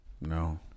No